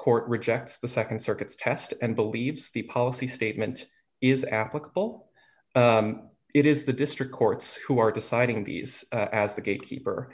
court rejects the nd circuit's test and believes the policy statement is applicable it is the district courts who are deciding these as the gatekeeper